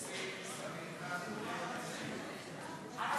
19, 20, 21, עד